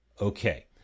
Okay